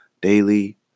daily